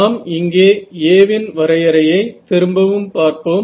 நாம் இங்கே A வின் வரையறையை திரும்பவும் பார்ப்போம்